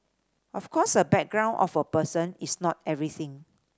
of course a background of a person is not everything